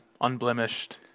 unblemished